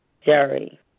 Jerry